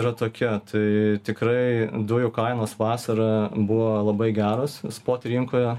yra tokia tai tikrai dujų kainos vasarą buvo labai geros pot rinkoje